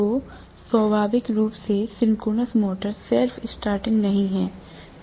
तो स्वाभाविक रूप से सिंक्रोनस मोटर सेल्फ़ स्टार्टिंग नहीं है